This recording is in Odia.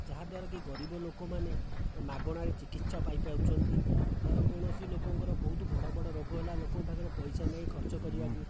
ଯାହାଦ୍ଵାରାକି ଗରିବ ଲୋକମାନେ ମାଗଣାରେ ଚିକିତ୍ସା ପାଇ ପାରୁଛନ୍ତି ଧର କୌଣସି ଲୋକଙ୍କର ବହୁତ ବଡ଼ ବଡ଼ ରୋଗ ହେଲା ଲୋକଙ୍କ ପାଖରେ ପଇସା ନାହିଁ ଖର୍ଚ୍ଚ କରିବାକୁ